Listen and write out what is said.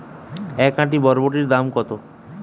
এক আঁটি বরবটির দাম কত?